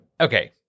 Okay